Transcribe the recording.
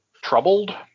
troubled